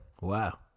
Wow